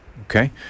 Okay